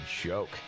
joke